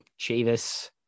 Chavis